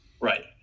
Right